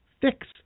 fix